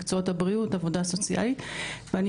מקצועות הבריאות והעבודה הסוציאלית ואני